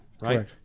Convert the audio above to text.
right